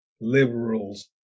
liberals